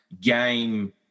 game